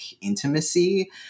intimacy